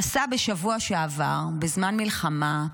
נסע בשבוע שעבר, בזמן מלחמה,